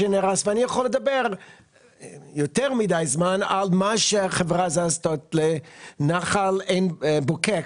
אני יכול לדבר הרבה זמן על מה שהחברה הזאת עשתה לנחל עין בוקק,